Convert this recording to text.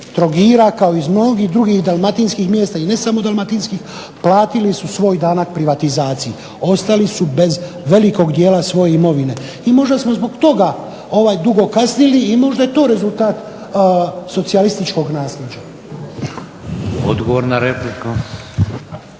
Trogira kao iz mnogih drugih dalmatinskih mjesta i ne samo dalmatinskih platili su svoj danak privatizaciji. Ostali su bez velikog dijela svoje imovine i možda smo zbog toga ovaj dugo kasnili i možda je to rezultat socijalističkog naslijeđa. **Šeks,